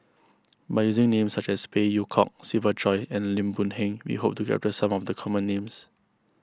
by using names such as Phey Yew Kok Siva Choy and Lim Boon Heng we hope to capture some of the common names